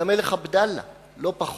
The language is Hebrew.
למלך עבדאללה, לא פחות,